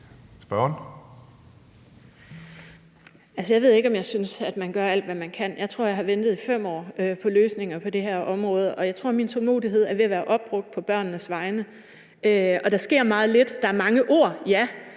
Jeg ved ikke, om jeg synes, at man gør alt, hvad man kan. Jeg tror, jeg har ventet i 5 år på løsninger på det her område, og jeg tror, min tålmodighed er ved at være opbrugt på børnenes vegne. Der sker meget lidt. Der er mange ord, ja,